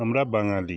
আমরা বাঙালি